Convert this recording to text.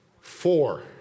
Four